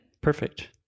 Perfect